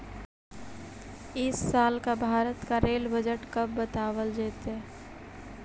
इस साल का भारत का रेल बजट कब बतावाल जतई